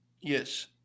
Yes